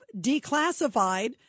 declassified